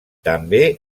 també